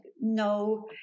no